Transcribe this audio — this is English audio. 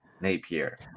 Napier